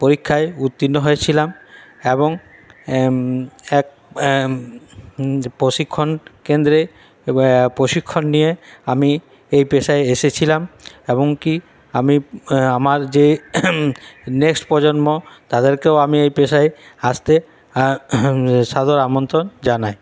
পরীক্ষায় উত্তীর্ণ হয়েছিয়াম এবং এক প্রশিক্ষণ কেন্দ্রে প্রশিক্ষণ নিয়ে আমি এই পেশায় এসেছিলাম এবং কি আমি আমার যে নেক্সট প্রজন্ম তাদেরকেও আমি এই পেশায় আসতে সাদর আমন্ত্রণ জানাই